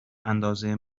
اندازه